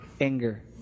anger